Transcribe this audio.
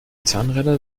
zahnräder